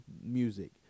music